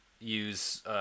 use